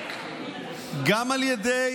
גם על ידי